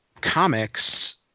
comics